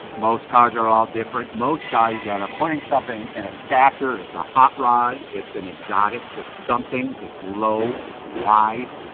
most cars are all different, most guys that are putting something in a stacker, it's a hot rod, it's an exotic, it's something that's low, it's wide.